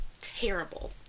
terrible